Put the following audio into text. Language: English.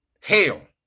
hell